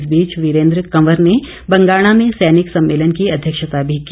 इस बीच वीरेंद्र कवर ने बंगाणा में सैनिक सम्मेलन की अध्यक्षता भी की